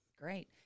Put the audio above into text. Great